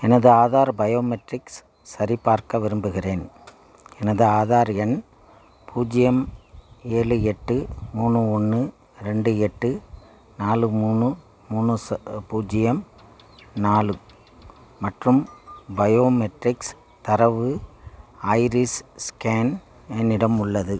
எனது ஆதார் பயோமெட்ரிக்ஸ் சரிபார்க்க விரும்புகிறேன் எனது ஆதார் எண் பூஜ்ஜியம் ஏழு எட்டு மூணு ஒன்று ரெண்டு எட்டு நாலு மூணு மூணு சை பூஜ்ஜியம் நாலு மற்றும் பயோமெட்ரிக்ஸ் தரவு ஐரிஸ் ஸ்கேன் என்னிடம் உள்ளது